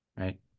Right